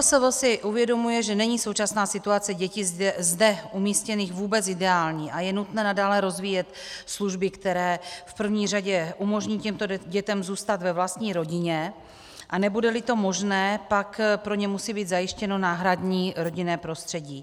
MPSV si uvědomuje, že není současná situace dětí zde umístěných vůbec ideální a je nutné nadále rozvíjet služby, které v první řadě umožní těmto dětem zůstat ve vlastní rodině, a nebudeli to možné, pak pro ně musí být zajištěno náhradní rodinné prostředí.